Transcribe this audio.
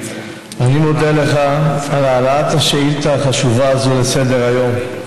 אני מודה לך על העלאת השאילתה החשובה הזאת על סדר-היום.